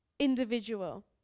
individual